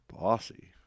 Bossy